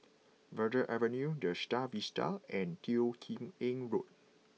Verde Avenue The Star Vista and Teo Kim Eng Road